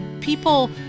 people